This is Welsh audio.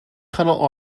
canol